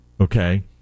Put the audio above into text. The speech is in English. Okay